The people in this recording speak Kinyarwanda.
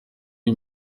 iyi